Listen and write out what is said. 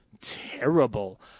terrible